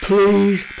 Please